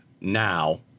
now